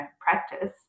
practice